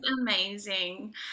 amazing